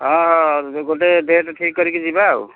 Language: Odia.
ହଁ ଗୋଟିଏ ଡେଟ୍ ଠିକ୍ କରିକି ଯିବା ଆଉ